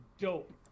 dope